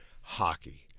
Hockey